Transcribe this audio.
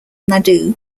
nadu